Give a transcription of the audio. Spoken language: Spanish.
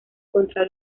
contra